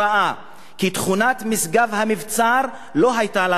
כי תכונת משגב המבצר לא היתה לנו לישועה,